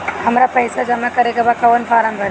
हमरा पइसा जमा करेके बा कवन फारम भरी?